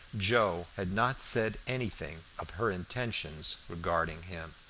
joe had not said anything of her intentions regarding him.